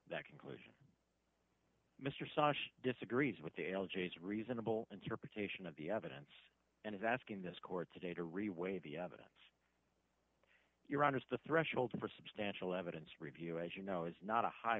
that conclusion mr sawyer disagrees with the l g s reasonable interpretation of the evidence and is asking this court today to reweigh the evidence your honour's the threshold for substantial evidence review as you know is not a high